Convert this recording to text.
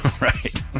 Right